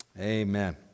amen